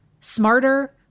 smarter